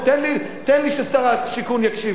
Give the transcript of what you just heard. תן לי ששר השיכון יקשיב לי,